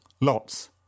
lots